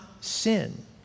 sin